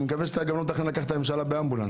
אני מקווה שאתה לא מתכוון לקחת את הממשלה באמבולנס.